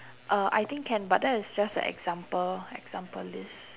uh I think can but that is just a example example list